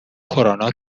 کرونا